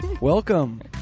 Welcome